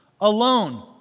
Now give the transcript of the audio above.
alone